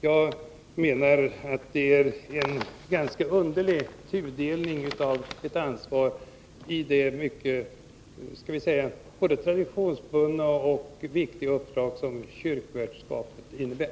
Jag menar att det är en ganska underlig tudelning av ett ansvar i det både traditionsbundna och viktiga uppdrag som kyrkvärdskapet innebär.